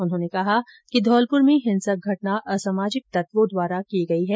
उन्होंने कहा कि धौलपुर में हिंसक घटना असामाजिक तत्वों द्वारा की गई है